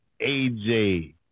AJ